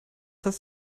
heißt